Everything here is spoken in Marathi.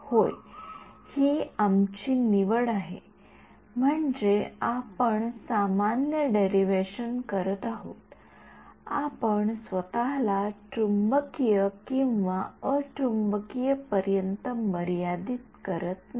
होय ही आमची निवड आहे म्हणजे आपण सामान्य डेरिव्हेशन करीत आहोत आपण स्वतःला चुंबकीय किंवा अचुंबकीय पर्यंत मर्यादित करत नाही